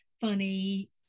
funny